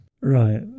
right